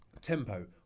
tempo